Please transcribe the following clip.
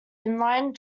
inline